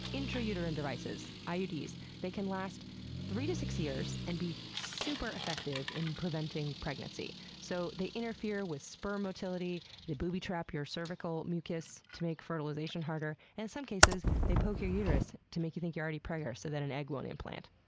intrauterine devices, ah iuds. they can last three to six years and be super effective in preventing pregnancy. so they interfere with sperm motility, they booby trap your cervical mucus to make fertilization harder, and in some cases they poke your uterus to make you think you're already preggers, so that an egg won't implant.